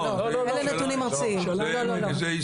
לא, אלה נתונים ארציים של המשטרה.